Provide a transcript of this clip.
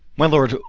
my lord,